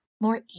more